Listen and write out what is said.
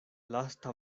lasta